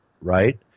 right